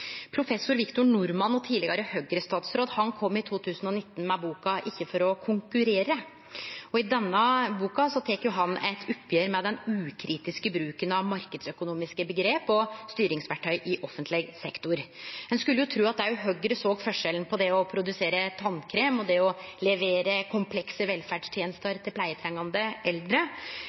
og tidlegare Høgre-statsråd, kom i 2019 med boka «Ikke for å konkurrere». I denne boka tek han eit oppgjer med den ukritiske bruken av marknadsøkonomiske omgrep og styringsverktøy i offentleg sektor. Ein skulle jo tru at òg Høgre såg forskjellen på det å produsere tannkrem og det å levere komplekse velferdstenester til pleietrengande eldre,